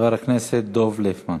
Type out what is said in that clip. חבר הכנסת דב ליפמן,